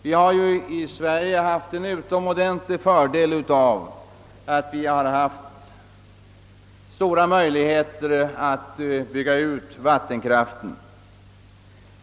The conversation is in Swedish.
Vi har ju i Sverige haft en utomordentlig fördel av att vi haft stora möjligheter att bygga ut vattenkraften.